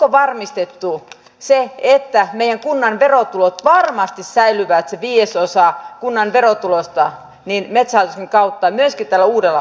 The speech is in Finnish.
onko varmistettu että meidän kunnan verotulot varmasti säilyvät se viidesosa kunnan verotuloista metsähallituksen kautta myöskin tällä uudella osakeyhtiömallilla